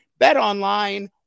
BetOnline